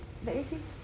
let me see